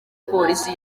polisi